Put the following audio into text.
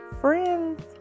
Friends